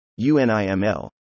UNIML